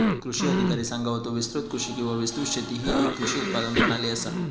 कृषी अधिकारी सांगा होतो, विस्तृत कृषी किंवा विस्तृत शेती ही येक कृषी उत्पादन प्रणाली आसा